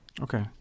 okay